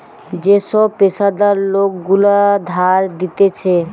যে সব পেশাদার লোক গুলা ধার দিতেছে